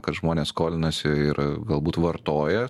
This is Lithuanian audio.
kad žmonės skolinasi ir galbūt vartoja